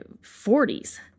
40s